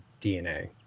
DNA